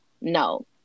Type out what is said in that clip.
No